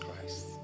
Christ